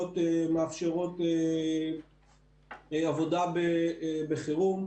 תשתיות מאפשרות עבודה בחירום.